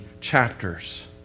chapters